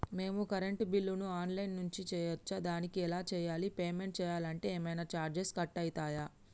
మేము కరెంటు బిల్లును online నుంచి చేయచ్చా? దానికి ఎలా చేయాలి? పేమెంట్ చేయాలంటే ఏమైనా చార్జెస్ కట్ అయితయా?